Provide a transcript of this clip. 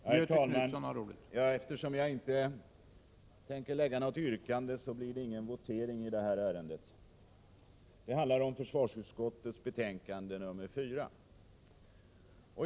Herr talman! Eftersom jag inte tänker framställa något yrkande blir det ingen votering i det här ärendet. Det handlar alltså om försvarsutskottets betänkande nr 4.